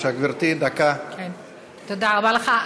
תודה רבה לך.